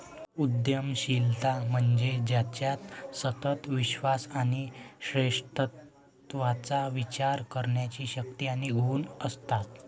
उद्यमशीलता म्हणजे ज्याच्यात सतत विश्वास आणि श्रेष्ठत्वाचा विचार करण्याची शक्ती आणि गुण असतात